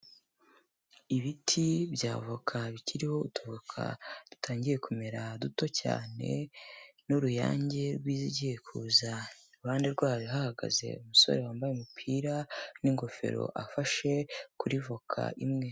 Ibiti by'avoka bikiriho utuvoka dutangiye kumera duto cyane n'uruyange rw'izigiye kuza, iruhande rwayo hahagaze umusore wambaye umupira n'ingofero afashe kuri voka imwe.